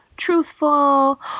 truthful